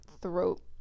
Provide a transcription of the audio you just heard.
throat